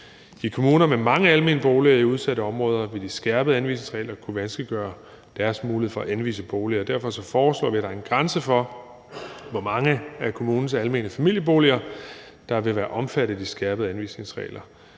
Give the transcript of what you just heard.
I kommuner med mange almene boliger i udsatte områder vil de skærpede anvisningsregler kunne vanskeliggøre deres mulighed for at anvise boliger, og derfor foreslår vi, at der er en grænse for, hvor mange af kommunens almene familieboliger, der vil være omfattet af de skærpede anvisningsregler.